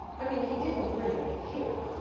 i mean, he didn't bring them here,